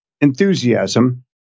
enthusiasm